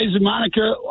Monica